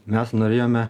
mes norėjome